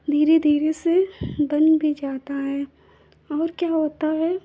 धीरे धीरे से बन भी जाता है और क्या होता है